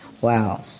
Wow